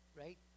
Right